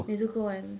nezuko [one]